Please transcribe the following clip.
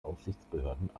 aufsichtsbehörden